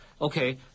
Okay